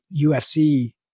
ufc